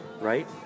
right